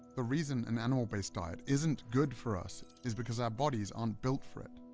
the reason an animal based diet isn't good for us is because our bodies aren't built for it.